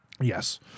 Yes